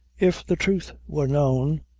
if the truth were known,